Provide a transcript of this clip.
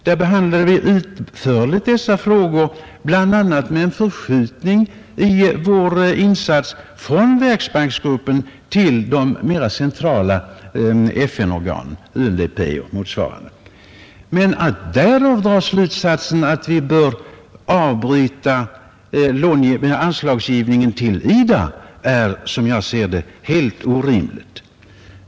Där behandlade vi utförligt dessa frågor, bl.a. med förord för en förskjutning av vår insats från Världsbanksgruppen till de mera centrala FN-organen, UNDP och motsvarande. Men att dra slutsatsen att vi bör avbryta anslagsgivningen till IDA är som jag ser det helt orimligt.